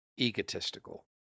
Egotistical